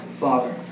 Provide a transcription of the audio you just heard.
Father